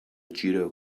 judo